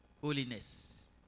Holiness